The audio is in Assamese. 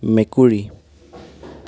মেকুৰী